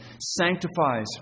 sanctifies